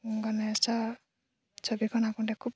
গণেশৰ ছবিখন আঁকোতে খুব